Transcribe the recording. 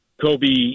Kobe